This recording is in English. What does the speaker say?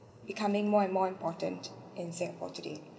becoming more and more important in singapore today